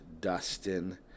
Dustin